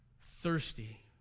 thirsty